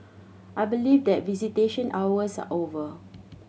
I believe that visitation hours are over